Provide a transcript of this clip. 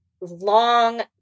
long